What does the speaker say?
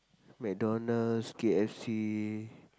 McDonald's K_F_C